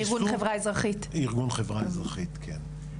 זה ארגון חברה אזרחית ארגון חברה אזרחית, כן.